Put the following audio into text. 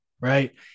right